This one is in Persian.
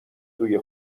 توی